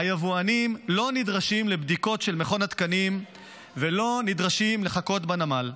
היבואנים לא נדרשים לבדיקות של מכון התקנים ולא נדרשים לחכות בנמל.